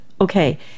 okay